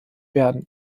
werden